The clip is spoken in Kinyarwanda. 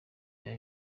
bya